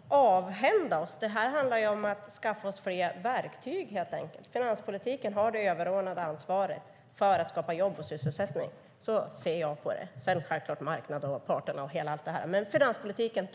Herr talman! Anders Sellström talar om att vi ska avhända oss verktyg. Tvärtom handlar detta om att vi ska skaffa oss fler verktyg. Finanspolitiken har det överordnade ansvaret för att skapa jobb och sysselsättning. Så ser jag på det. Sedan har självklart marknaden och parterna en roll, men finanspolitiken